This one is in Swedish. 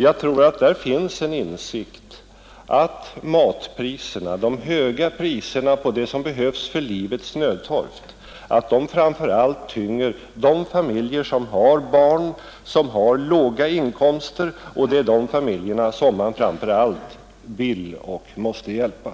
Jag tror att där finns en insikt om att matpriserna, de höga priserna på det som behövs för livets nödtorft, framför allt tynger de familjer som har barn och som har låga inkomster — och det är de familjerna som vi framför allt vill och måste hjälpa.